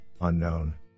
unknown